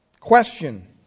Question